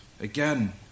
Again